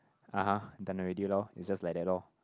(uh huh) done already lor is just like that lor